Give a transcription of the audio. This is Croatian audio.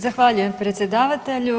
Zahvaljujem predsjedavatelju.